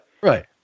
Right